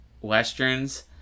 westerns